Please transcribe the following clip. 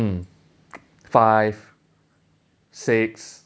mm five six